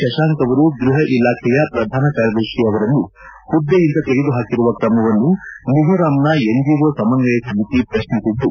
ಶಶಾಂಕ್ ಅವರು ಗೃಹ ಇಲಾಖೆಯ ಪ್ರಧಾನ ಕಾರ್ಯದರ್ಶಿ ಅವರನ್ನು ಹುದ್ದೆಯಿಂದ ತೆಗೆದುಹಾಕಿರುವ ಕ್ರಮವನ್ನು ಮಿಜೋರಾಂನ ಎನ್ಜಿಓ ಸಮನ್ವಯ ಸಮಿತಿ ಪ್ರತ್ನಿಸಿದ್ದು